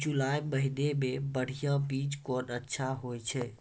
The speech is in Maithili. जुलाई महीने मे बढ़िया बीज कौन अच्छा होय छै?